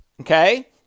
Okay